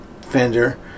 fender